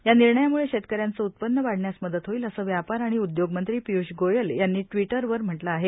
या निर्णयामुळे शेतक यांचं उत्पन्न वाढण्यास मदत होईल असं व्यापार आणि उद्योगमंत्री पिय्ष गोयल यांनी ट्विटरवर म्हटलं आहे